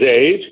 age